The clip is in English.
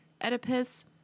Oedipus